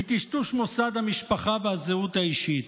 מטשטוש מוסד המשפחה והזהות האישית.